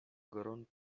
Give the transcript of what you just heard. gorącym